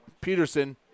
Peterson